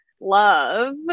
love